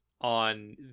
on